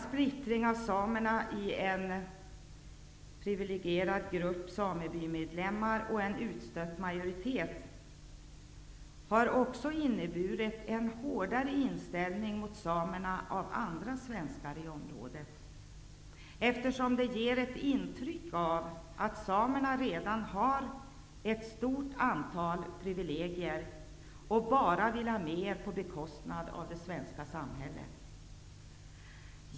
Splittringen av samerna i en privilegierad grupp samebymedlemmar och en utstött majoritet har också inneburit en hårdare inställning gentemot samerna hos andra svenskar i området, eftersom de har fått intrycket att samerna redan har ett stort antal privilegier och bara vill ha mer på bekostnad av det svenska samhället.